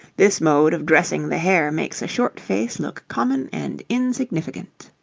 this mode of dressing the hair makes a short face look common and insignificant.